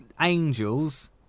angels